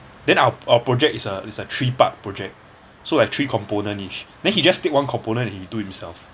then our our project is a is a three part project so like three component ish then he just take one component and he do himself